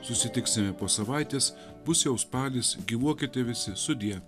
susitiksime po savaitės bus jau spalis gyvuokite visi sudie